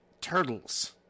Turtles